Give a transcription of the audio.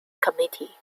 committee